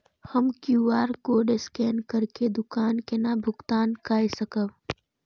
हम QR code scan करके दुकान केना भुगतान काय सकब?